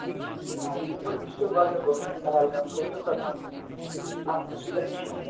آ یہِ دِمہٕ بہٕ یہِ چھُ ژےٚ گۄڈٕنیُک آپشَن پہلگام خٲطرٕ ژۄدٕہَن دۄہن اَتھ منٛز چھِ